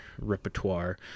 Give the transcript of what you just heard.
repertoire